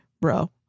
bro